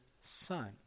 son